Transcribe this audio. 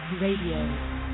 Radio